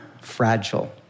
fragile